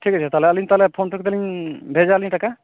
ᱴᱷᱤᱠ ᱟᱪᱷᱮ ᱴᱟᱦᱚᱞᱮ ᱟᱹᱞᱤᱧ ᱛᱟᱦᱚᱞᱮ ᱯᱷᱳᱱᱯᱮ ᱠᱚᱛᱮᱞᱤᱧ ᱵᱷᱮᱡᱟᱭᱟᱞᱤᱧ ᱴᱟᱠᱟ